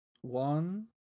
one